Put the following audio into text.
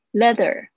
leather